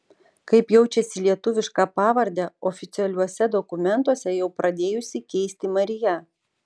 kaip jaučiasi lietuvišką pavardę oficialiuose dokumentuose jau pradėjusi keisti marija